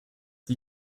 die